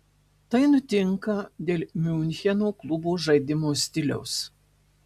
tai nutinka dėl miuncheno klubo žaidimo stiliaus